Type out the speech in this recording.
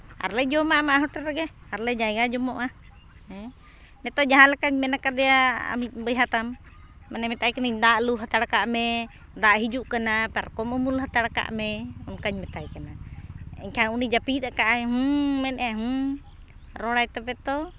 ᱟᱨ ᱞᱮ ᱡᱚᱢᱟ ᱟᱢᱟᱜ ᱦᱳᱴᱮᱞ ᱨᱮᱜᱮ ᱟᱨ ᱞᱮ ᱡᱟᱭᱜᱟ ᱡᱚᱝᱼᱚᱜᱼᱟ ᱦᱮᱸ ᱱᱤᱛᱚᱜ ᱡᱟᱦᱟᱸ ᱞᱮᱠᱟᱧ ᱢᱮᱱ ᱟᱠᱟᱫᱮᱭᱟ ᱟᱢᱤᱡ ᱵᱚᱭᱦᱟ ᱛᱟᱢ ᱢᱟᱱᱮ ᱢᱮᱛᱟᱭ ᱠᱟᱹᱱᱟᱹᱧ ᱫᱟᱜ ᱞᱩ ᱦᱟᱛᱟᱲ ᱠᱟᱜ ᱢᱮ ᱫᱟᱜ ᱦᱤᱡᱩᱜ ᱠᱟᱱᱟ ᱯᱟᱨᱠᱚᱢ ᱠᱚ ᱩᱢᱩᱞ ᱦᱟᱛᱟᱲ ᱠᱟᱜ ᱢᱮ ᱚᱱᱠᱟᱧ ᱢᱮᱛᱟᱭ ᱠᱟᱱᱟ ᱮᱱᱠᱷᱟᱱ ᱩᱱᱤ ᱡᱟᱹᱯᱤᱫ ᱟᱠᱟᱫ ᱟᱭ ᱦᱮᱸ ᱢᱮᱱᱮᱫ ᱟᱭ ᱦᱮᱸ ᱨᱚᱲᱟᱭ ᱛᱚᱵᱮ ᱛᱚ